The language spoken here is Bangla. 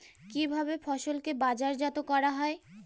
কিভাবে ফসলকে বাজারজাত করা হয়?